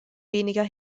weniger